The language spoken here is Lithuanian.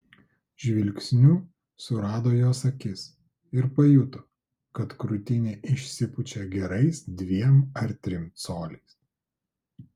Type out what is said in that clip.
žvilgsniu surado jos akis ir pajuto kad krūtinė išsipučia gerais dviem ar trim coliais